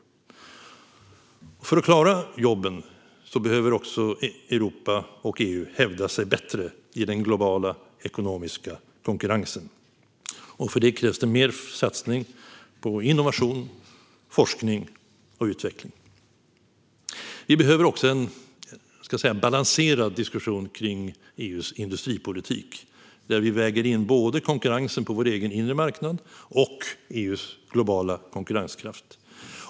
För att klara jobben behöver Europa och EU hävda sig bättre i den globala ekonomiska konkurrensen. För det krävs det mer satsningar på innovation, forskning och utveckling. Vi behöver också en balanserad diskussion kring EU:s industripolitik där vi väger in både konkurrensen på vår egen inre marknad och EU:s globala konkurrenskraft.